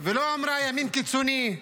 -- ולא אמרה: הימין הקיצוני,